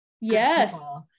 yes